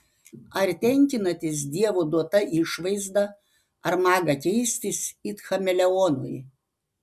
ar tenkinatės dievo duota išvaizda ar maga keistis it chameleonui